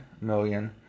million